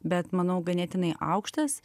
bet manau ganėtinai aukštas